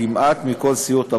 כמעט מכל סיעות הבית.